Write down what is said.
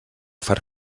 far